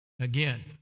Again